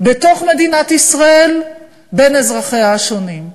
בתוך מדינת ישראל בין אזרחיה השונים.